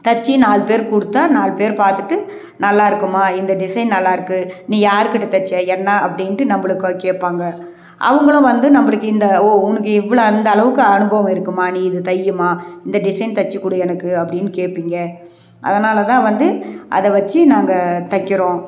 தைச்சி நாலு பேர் கொடுத்தா நாலு பேர் பார்த்துட்டு நல்லா இருக்குதும்மா இந்த டிசைன் நல்லா இருக்குது நீ யாருக்கிட்டே தைச்ச என்ன அப்படின்ட்டு நம்மளுக்கு கேட்பாங்க அவங்களும் வந்து நம்மளுக்கு இந்த ஓ உனக்கு இவ்வளோ அந்த அளவுக்கு அனுபவம் இருக்கும்மா நீ இது தைய்யிம்மா இந்த டிசைன் தைச்சி கொடு எனக்கு அப்படின்னு கேப்பிங்க அதனால் தான் வந்து அதை வெச்சி நாங்கள் தைக்கிறோம்